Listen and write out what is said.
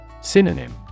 Synonym